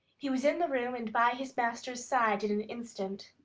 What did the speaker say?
he was in the room and by his master's side in an instant.